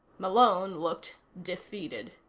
malone looked defeated.